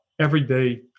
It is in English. everyday